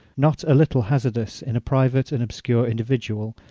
not a little hazardous in a private and obscure individual,